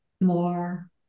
more